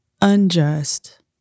unjust